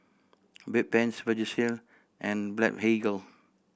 Bedpans Vagisil and Blephagel